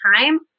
time